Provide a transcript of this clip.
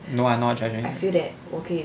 no ah not judging